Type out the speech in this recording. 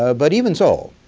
ah but even so,